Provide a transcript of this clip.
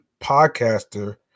podcaster